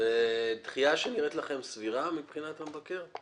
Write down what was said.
זאת דחייה שנראית לכם סבירה מבחינת המבקר?